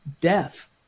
death